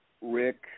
Rick